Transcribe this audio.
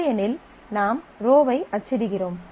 இல்லையெனில் நாம் ரோவை அச்சிடுகிறோம்